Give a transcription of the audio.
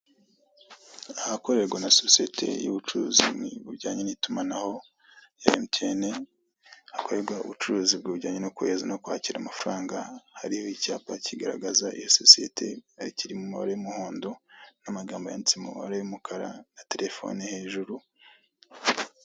Ahakorerwa na sosiyete y'ubucuruzi mu bujyanye n'itumanaho ya MTN, hakorerwa ubucuruzi bujyanye no kohereza no kwakira amafaranga hariho icyapa kigaragaza iyo sosiyete kikaba kiri mu mabara y'umuhondo n'amagambo yanditse mu mabara y'umukara na telefone hejuru.